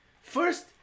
First